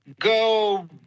go